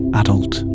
adult